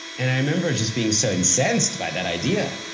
and i remember just being so incensed by that idea.